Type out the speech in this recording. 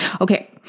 Okay